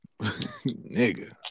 Nigga